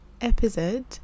episode